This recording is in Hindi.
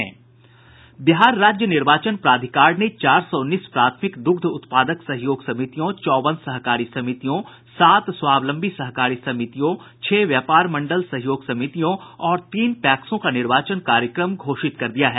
बिहार राज्य निर्वाचन प्राधिकार ने चार सौ उन्नीस प्राथमिक दुग्ध उत्पादक सहयोग समितियों चौवन सहकारी समितियों सात स्वाबलंबी सहकारी समितियों छह व्यापार मंडल सहयोग समितियों और तीन पैक्सों का निर्वाचन कार्यक्रम घोषित कर दिया है